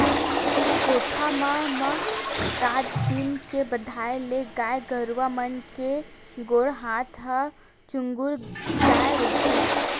कोठा म म रात दिन के बंधाए ले गाय गरुवा मन के गोड़ हात ह चूगूर जाय रहिथे